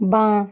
বাঁ